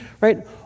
right